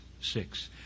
six